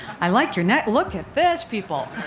i like your necklace look at this people.